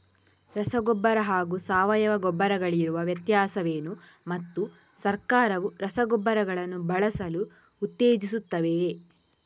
ರಸಗೊಬ್ಬರ ಹಾಗೂ ಸಾವಯವ ಗೊಬ್ಬರ ಗಳಿಗಿರುವ ವ್ಯತ್ಯಾಸವೇನು ಮತ್ತು ಸರ್ಕಾರವು ರಸಗೊಬ್ಬರಗಳನ್ನು ಬಳಸಲು ಉತ್ತೇಜಿಸುತ್ತೆವೆಯೇ?